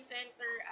Center